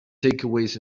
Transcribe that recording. takeaways